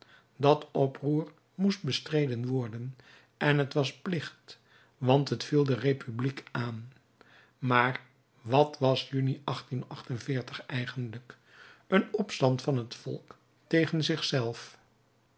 dat oproer moest bestreden worden en t was plicht want het viel de republiek aan maar wat was juni eigenlijk een opstand van het volk tegen